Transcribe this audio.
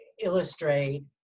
illustrate